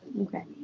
Okay